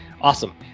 awesome